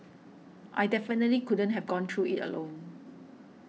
I definitely couldn't have gone through it alone